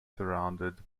surrounded